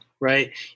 right